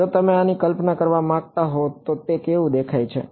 જો તમે આની કલ્પના કરવા માંગતા હોવ તો તે કેવું દેખાય છે